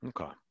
Okay